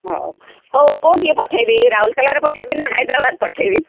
ହଉ ହଉ କୋଉଠିକି ପଠେଇବି ରାଉରକେଲାର ପଠେଇବି ନା ହାଇଦ୍ରାବାଦ ପଠେଇବି